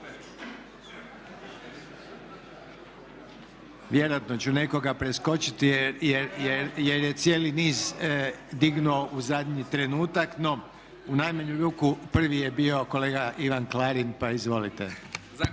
Vjerojatno ću nekoga preskočiti jer je cijeli niz dignuo u zadnji trenutak. No, u najmanju ruku prvi je bio kolega Ivan Klarin pa izvolite.